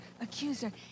accuser